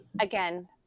again